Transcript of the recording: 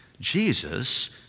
Jesus